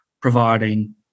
providing